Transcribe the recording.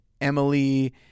Emily